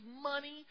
money